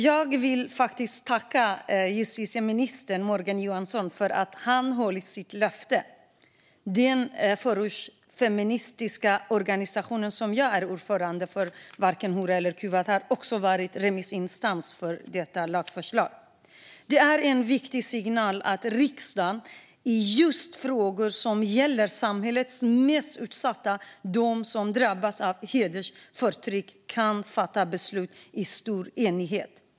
Jag vill tacka justitieminister Morgan Johansson för att han har hållit sitt löfte. Den förortsfeministiska organisation som jag är ordförande för, Varken hora eller kuvad, har också varit remissinstans för detta lagförslag. Det är en viktig signal att riksdagen just i frågor som gäller samhällets mest utsatta, de som drabbas av hedersförtrycket, kan fatta beslut i stor enighet.